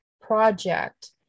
project